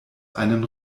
einen